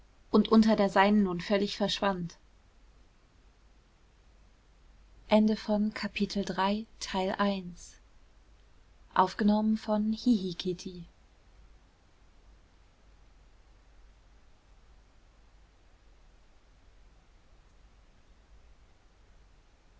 und unter der seinen nun völlig verschwand